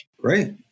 Great